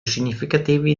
significativi